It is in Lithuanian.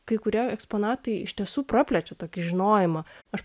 kai kurie eksponatai iš tiesų praplečia tokį žinojimą aš